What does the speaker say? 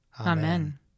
Amen